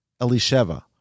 Elisheva